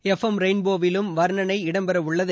F M rainbow வில் வர்ணனை இடம் பெற உள்ளது